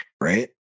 right